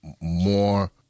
more